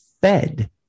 Fed